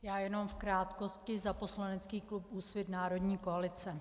Já jen v krátkosti za poslanecký klub Úsvit Národní koalice.